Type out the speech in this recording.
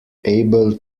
able